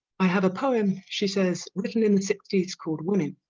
i have a poem she says written in the sixty s called woman